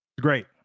great